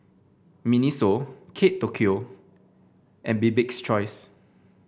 Miniso Kate Tokyo and Bibik's Choice